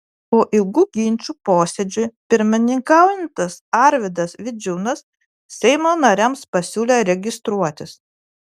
po ilgų ginčų posėdžiui pirmininkaujantis arvydas vidžiūnas seimo nariams pasiūlė registruotis